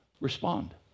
Respond